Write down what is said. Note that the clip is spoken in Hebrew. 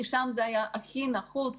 כי שם זה היה הכי נחוץ,